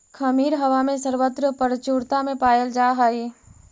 खमीर हवा में सर्वत्र प्रचुरता में पायल जा हई